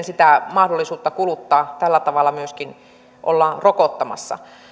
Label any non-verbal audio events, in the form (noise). (unintelligible) sitä mahdollisuutta kuluttaa ollaan tällä tavalla rokottamassa